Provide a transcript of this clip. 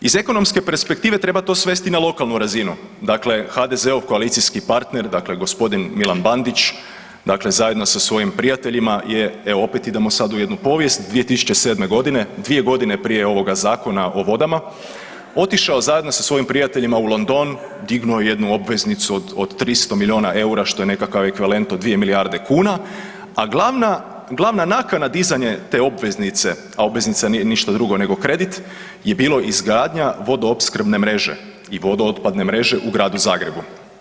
Iz ekonomske perspektive treba to svesti na lokalnu razinu, dakle HDZ-ov koalicijski partner, dakle g. Milan Bandić, dakle zajedno sa svojim prijateljima je, evo opet idemo sad u jednu povijest, 2007.g., 2.g. prije ovoga Zakona o vodama, otišao zajedno sa svojim prijateljima u London, dignuo jednu obveznicu od 300 milijuna EUR-a, što je nekakav ekvivalent od 2 milijarde kuna, a glavna, glavna nakana dizanja te obveznice, a obveznica nije ništa drugo nego kredit, je bilo izgradnja vodoopskrbne mreže i vodootpadne mreže u Gradu Zagrebu.